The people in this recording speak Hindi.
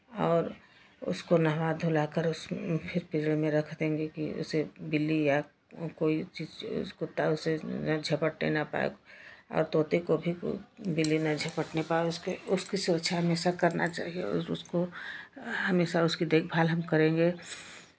और उसको नहवा धुला कर उसको फिर पिंजरे में रख देंगे की उसे बिल्ली या कोई चीज़ कुत्ता उसे झपटने ना पाए और तोते को भी बिल्ली ना झपटने पाएँ और उसकी उसकी सुरक्षा हमेशा करना चाहिए और उसको हमेशा उसकी देखभाल हम करेंगे